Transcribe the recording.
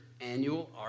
annual